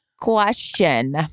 Question